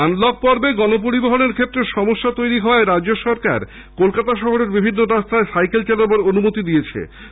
unlock পর্বে গণপরিবহনের ক্ষেত্রে সমস্যা তৈরি হওয়ায় রাজ্য সরকার কলকাতা শহরের বিভিন্ন রাস্তায় সাইকেল চালানোর অনুমতি দিয়েছে